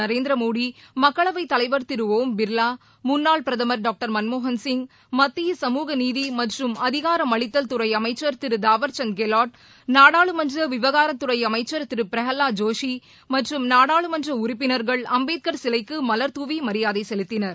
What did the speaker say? நரேந்திர மோடி மக்களவைத் தலைவர் திரு ஒம் பிர்லா முன்னாள் பிரதமர் டாக்டர் மன்மோகன் சிங் மத்திய சமூகநீதி மற்றும் அதிகாரமளித்தல் துறை அமைச்சர் திரு தாவர்சந்த் கெலாட் நாடாளுமன்ற விவகாரத்துறை அமைச்சர் திரு பிரகலாத் ஜோஷி மற்றும் நாடாளுமன்ற உறுப்பினர்கள் அம்பேத்கர் சிலைக்கு மலர் தூவி மரியாதை செலுத்தினர்